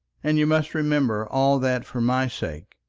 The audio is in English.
and you must remember all that, for my sake.